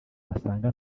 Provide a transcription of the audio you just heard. basanga